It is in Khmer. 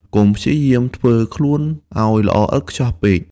កុំព្យាយាមធ្វើខ្លួនឱ្យល្អឥតខ្ចោះពេក។